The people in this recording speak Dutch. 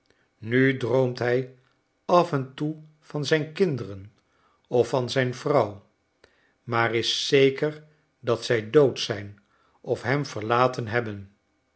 nu droomt hij af en toe van zijn kinderen of van zijn vrouw maar is zeker dat zij dood zijn of hem verlaten hebben